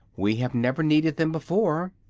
we have never needed them before,